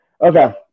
Okay